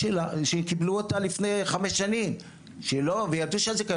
שקיבלו אותה לפני חמש שנים וידעו שהזיכיון